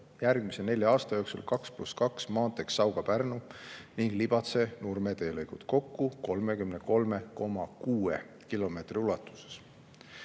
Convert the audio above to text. järgmise nelja aasta jooksul 2 + 2 maanteeks Sauga–Pärnu ning Libatse–Nurme teelõigud, kokku 33,6 kilomeetri ulatuses.